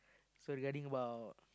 so regarding about